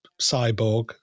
cyborg